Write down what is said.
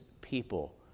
people